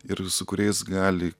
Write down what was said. ir su kuriais gali